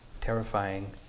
terrifying